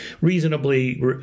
reasonably